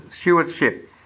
stewardship